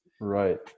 Right